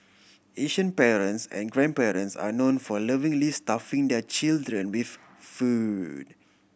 Asian parents and grandparents are known for lovingly stuffing their children with food